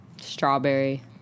Strawberry